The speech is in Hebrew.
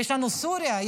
יש לנו את סוריה,